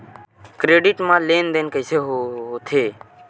Credit मा लेन देन कइसे होथे?